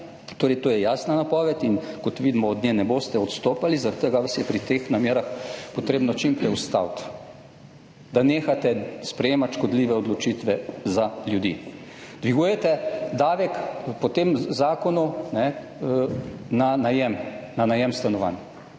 to je jasna napoved in kot vidimo, od nje ne boste odstopali, zaradi tega vas je pri teh namerah potrebno čim prej ustaviti, da nehate sprejemati škodljive odločitve za ljudi. Dvigujete davek po tem zakonu na najem stanovanj.